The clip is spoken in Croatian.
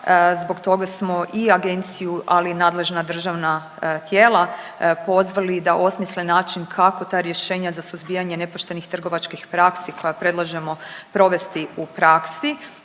zbog toga smo i agenciju, ali i nadležna državna tijela pozvali da osmisle način kako ta rješenja za suzbijanje nepoštenih trgovačkih praksi koja predlažemo provesti u praksi.